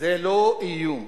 זה לא איום.